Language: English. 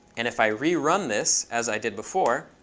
and if i rerun this as i did before,